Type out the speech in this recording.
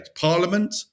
Parliament